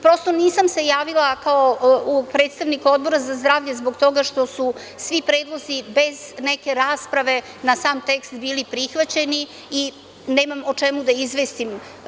Prosto, nisam se javila kao predstavnik Odbora za zdravlje, zbog toga što su svi predlozi bez neke rasprave na sam tekst bili prihvaćeni i nemam o čemu da izvestim.